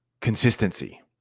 consistency